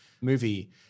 movie